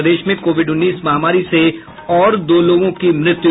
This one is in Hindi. और प्रदेश में कोविड उन्नीस महामारी से और दो लोगों की मृत्यु